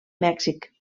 mèxic